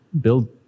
build